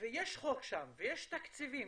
יש חוק שם ויש תקציבים,